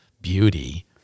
beauty